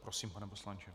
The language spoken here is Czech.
Prosím, pane poslanče.